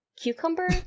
cucumber